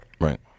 Right